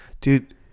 dude